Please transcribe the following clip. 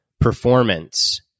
performance